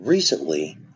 Recently